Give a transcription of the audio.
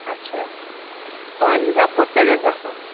اچھا تُہٕنٛدِ حِساب کوٚت پَزِ اسہِ گَژھُن